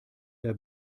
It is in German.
der